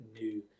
new